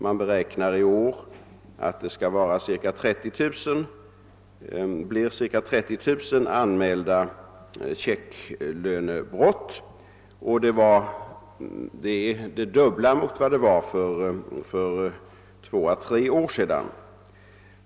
Man beräknar att det i år skall bli ca 30000 anmälda checklönebrott, och det är dubbelt så många som för två å tre år sedan.